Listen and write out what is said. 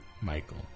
Michael